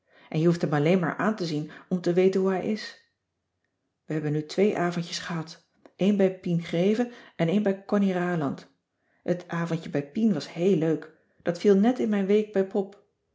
en je hoeft hem alleen maar aan te zien om te weten hoe hij is we hebben nu twee avondjes gehad een bij pien greve en een bij connie raland het avondje bij pien was heel leuk dat viel net in mijn week bij pop